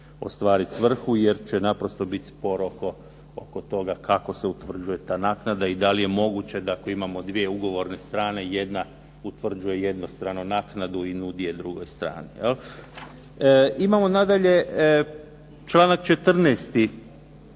ostvariti svrhu jer će naprosto biti spor oko toga kako se utvrđuje ta naknada. I da li je moguće da ako imamo dvije ugovorne strane, jedna utvrđuje jednostranu naknadu i nudi je drugoj strani. Imamo nadalje članak 14.